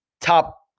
top